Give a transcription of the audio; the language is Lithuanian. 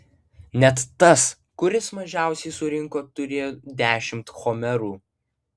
net tas kuris mažiausiai surinko turėjo dešimt homerų